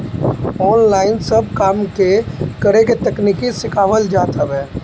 online सब काम के करे के तकनीकी सिखावल जात हवे